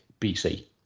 BC